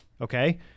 okay